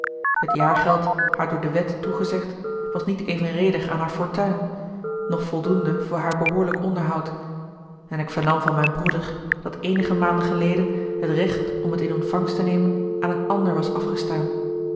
het jaargeld haar door de wet toegezegd was niet evenredig aan haar fortuin noch voldoende voor haar behoorlijk onderhoud en ik vernam van mijn broeder dat eenige maanden geleden het recht om het in ontvangst te nemen aan een ander was afgestaan